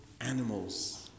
animals